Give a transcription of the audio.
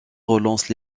relance